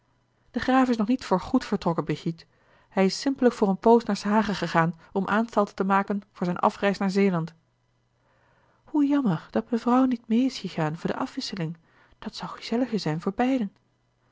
de graaf is nog niet voorgoed vertrokken brigitte hij is simpellijk voor eene poos naar s hage gegaan om aanstalten te maken voor zijne afreis naar zeeland hoe jammer dat mevrouw niet meê is gegaan voor de afwisseling dat zou gezelliger zijn voor beiden